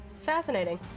Fascinating